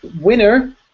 winner